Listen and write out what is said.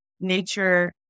Nature